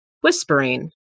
whispering